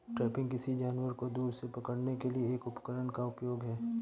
trapping, किसी जानवर को दूर से पकड़ने के लिए एक उपकरण का उपयोग है